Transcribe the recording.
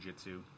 jujitsu